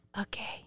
okay